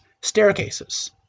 staircases